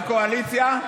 בקואליציה,